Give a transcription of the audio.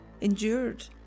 endured